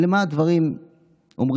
ובמה הדברים אמורים?